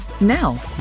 Now